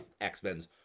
X-Men's